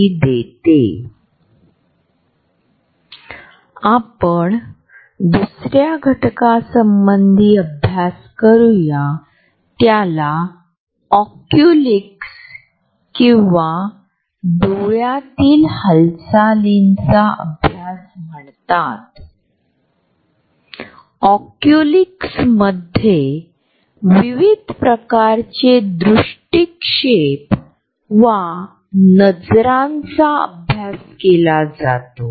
आपणास लक्षात येईल की जेव्हा आपल्या आसपास कोणी नसते जेव्हा आम्ही गर्दीच्या ठिकाणी असतो तेव्हा जो आमच्याशी मैत्री करतो किंवा आपणास ओळखतो तो असा अदृश्य फुगा अजूनही संरक्षित आहे असा विश्वास निर्माण करण्यासाठी आपण एक यंत्रणा विकसित करण्याचा प्रयत्न करतो